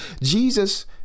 Jesus